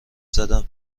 زدم